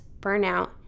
burnout